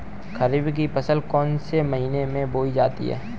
खरीफ की फसल कौन से महीने में बोई जाती है?